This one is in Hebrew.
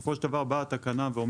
בסופו של דבר, באה התקנה ואומרת